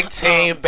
team